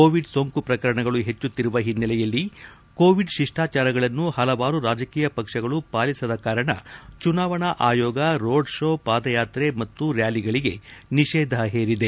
Covid ಸೋಂಕು ಪ್ರಕರಣಗಳು ಹೆಚ್ಚುತ್ತಿರುವ ಹಿನ್ನೆಲೆಯಲ್ಲಿ ಕೋವಿಡ್ ಶಿಷ್ಟಾಚಾರಗಳನ್ನು ಹಲವಾರು ರಾಜಕೀಯ ಪಕ್ಷಗಳು ಪಾಲಿಸದ ಕಾರಣ ಚುನಾವಣಾ ಆಯೋಗ ರೋಡ್ ಶೋ ಪಾದಯಾತೆ ಮತ್ತು ರ್ನಾಲಿಗಳಿಗೆ ನಿಷೇಧ ಹೇರಿದೆ